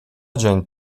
dzień